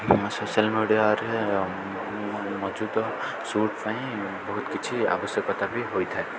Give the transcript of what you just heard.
ମୁଁ ମୋ ସୋସିଆଲ୍ ମିଡ଼ିଆରେ ମଜୁଦ ସୁଟ୍ ପାଇଁ ବହୁତ କିଛି ଆବଶ୍ୟକତା ବି ହୋଇଥାଏ